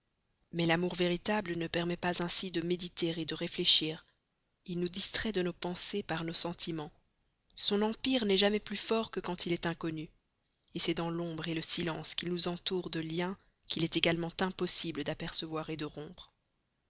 mais l'amour véritable ne permet pas ainsi de méditer de réfléchir il nous distrait de nos pensées par nos sentiments son empire n'est jamais plus fort que quand il nous est inconnu c'est dans l'ombre le silence qu'il nous entoure de liens qu'il est également impossible d'apercevoir de rompre